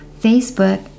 Facebook